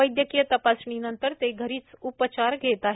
वैद्यकीय तपासणीनंतर ते घरीच उपचार घेत आहेत